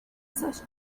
search